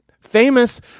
famous